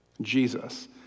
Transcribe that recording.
Jesus